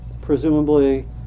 presumably